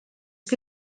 que